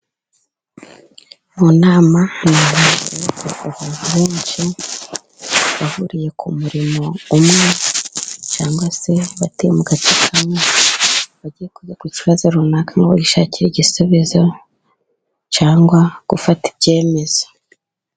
Mu nama hari abantu benshi bahuriye ku murimo umwe, cyangwa se batuye mu gace kamwe, bagiye kwiga ku kibazo runaka, ngo bagishakire igisubizo cyangwa gufata ibyemezo.